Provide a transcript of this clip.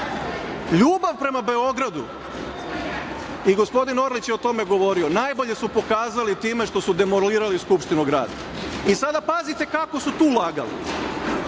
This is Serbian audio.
lenji. Ljubav prema Beogradu, gospodin Orlić je o tome govorio, najbolje su pokazali time što su demolirali Skupštinu grada. Sada, pazite kako su tu ulagali,